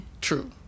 True